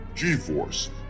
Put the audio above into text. G-force